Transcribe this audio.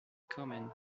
comen